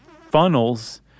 funnels